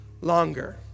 longer